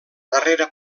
darrera